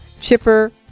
Chipper